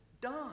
done